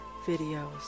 videos